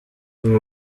uru